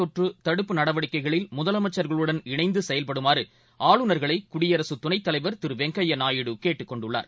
தொற்றுதடுப்பு நடவடிக்கைகளில் முதலமைச்சர்குள்டன் இணைந்துசெயல்படுமாறுஆளுநர்களைகுடியரசுதுணைத்தலைவர் திருவெங்கையாநாயுடு கேட்டுக் கொண்டுள்ளார்